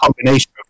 combination